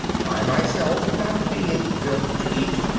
i myself, not being built to eat,